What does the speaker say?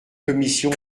commission